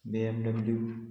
BMW